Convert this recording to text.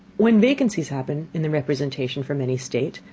when vacancies happen in the representation from any state,